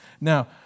Now